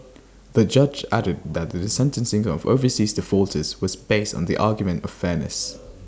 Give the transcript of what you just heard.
the judge added that the A sentencing of overseas defaulters was based on the argument of fairness